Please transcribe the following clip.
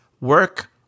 work